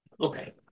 Okay